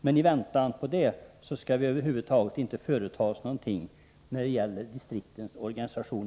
Men i väntan på det skall vi över huvud taget inte företa oss någonting när det gäller distriktens organisation.